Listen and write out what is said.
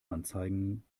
anzeigen